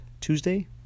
Tuesday